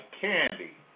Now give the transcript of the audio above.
candy